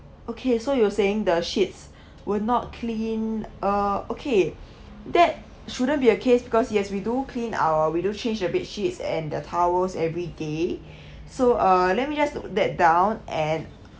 okay so you were saying the sheets were not clean uh okay that shouldn't be a case because yes we do clean our we do change the bedsheets and the towels every day so uh let me just note that down and